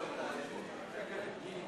מפעלי משרד ראש הממשלה,